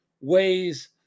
ways